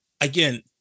again